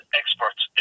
experts